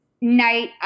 night